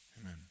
Amen